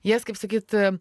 jas kaip sakyt